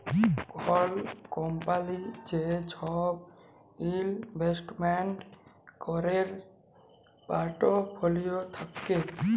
call কম্পলির যে সব ইলভেস্টমেন্ট ক্যরের পর্টফোলিও থাক্যে